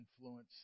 influence